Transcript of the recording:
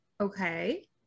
Okay